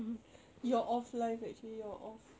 your off life actually your off